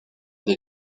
des